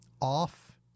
off